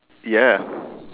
ya